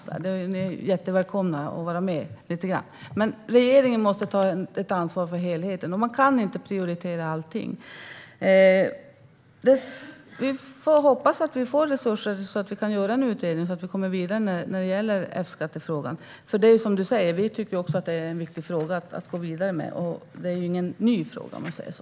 Ni är jättevälkomna att vara med lite grann, men regeringen måste ta ett ansvar för helheten. Man kan inte prioritera allting. Vi får hoppas att vi får resurser så att vi kan göra en utredning och komma vidare när det gäller F-skattefrågan. Precis som du tycker vi att det är en viktig fråga att gå vidare med, och det är ju ingen ny fråga om man säger så.